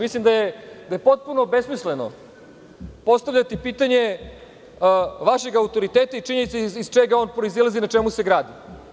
Mislim da je potpuno besmisleno postavljati pitanje vašeg autoriteta i činjenice iz čega on proizilazi i iz čega se gradi.